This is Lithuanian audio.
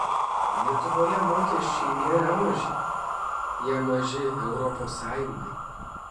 lietuvoje mokesčiai nėra maži jie maži europos sąjungai